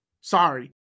Sorry